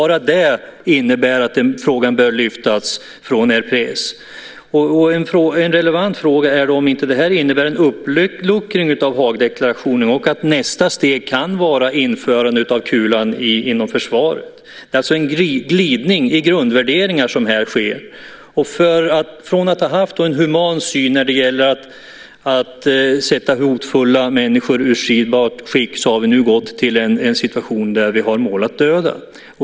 Redan det är skäl nog att lyfta bort frågan från RPS. En relevant fråga i det sammanhanget är om inte detta innebär en uppluckring av Haagdeklarationen och att nästa steg kan vara införandet av kulan inom försvaret. Här sker alltså en glidning i grundvärderingarna. Från att ha haft en human syn när det gäller att sätta hotfulla människor ur stridbart skick har vi nu fått en situation där vi har som mål att döda.